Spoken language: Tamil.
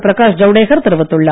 பிரகாஷ் ஜவுடேகர் தெரிவித்துள்ளார்